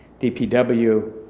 DPW